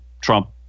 Trump